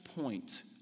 point